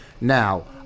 Now